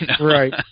Right